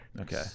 Okay